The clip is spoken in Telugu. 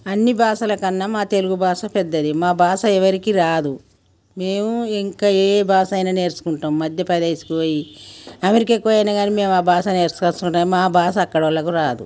అన్ని భాషలకన్న మా తెలుగు భాష పెద్దది మా భాస ఎవరికి రాదు మేము ఇంక ఏ బాసైనా నేర్చుకుంటాం మధ్యప్రదేశ్ పొయ్యి అమెరికాకు పోయినా గానీ మేము ఆ బాస నేర్చుకొచ్చుకుంటాం మా భాష అక్కడోళ్లకు రాదు